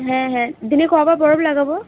হ্যাঁ হ্যাঁ দিনে কবার বরফ লাগাবো